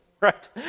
Right